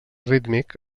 rítmic